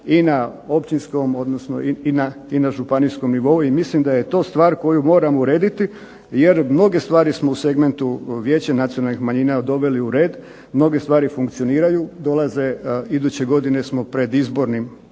i na općinskom, odnosno i na županijskom nivou i mislim da je to stvar koju moramo urediti, jer mnoge stvari smo u segmentu Vijeća nacionalnih manjina doveli u red, mnoge stvari funkcioniraju, dolaze, iduće godine smo pred izbornim